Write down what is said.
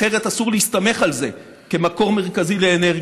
אחרת אסור להסתמך על זה כמקור מרכזי לאנרגיה.